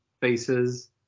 faces